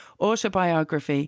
autobiography